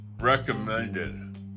recommended